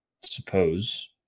suppose